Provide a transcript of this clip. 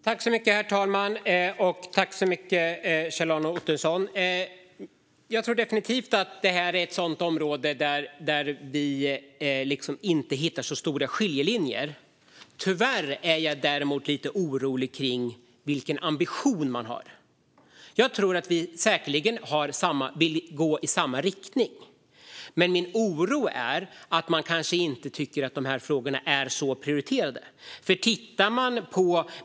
Herr talman! Jag tror definitivt att det här är ett område där vi inte hittar så stora skiljelinjer, men tyvärr är jag lite orolig över vilken ambition man har. Jag tror att vi säkerligen vill gå i samma riktning, men min oro är att man inte tycker att frågorna är så prioriterade.